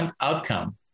outcome